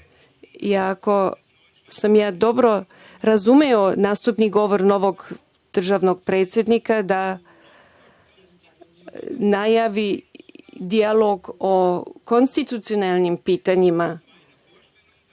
sam dobro razumeo govor novog državnog predsednika, da najavi dijalog o konstitucionalnim pitanjima,